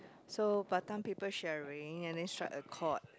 so Batam people sharing and then strike a court